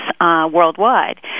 Worldwide